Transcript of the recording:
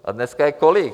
A dneska je kolik?